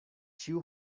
ĉiu